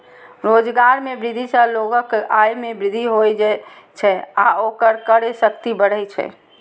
रोजगार मे वृद्धि सं लोगक आय मे वृद्धि होइ छै आ ओकर क्रय शक्ति बढ़ै छै